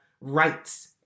rights